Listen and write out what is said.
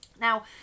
Now